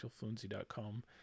actualfluency.com